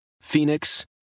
Phoenix